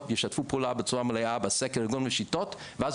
ישתפו פעולה בצורה מלאה בסקר ארגון ושיטות ואז